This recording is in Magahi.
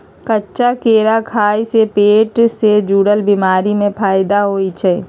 कच्चा केरा खाय से पेट से जुरल बीमारी में फायदा होई छई